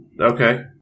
Okay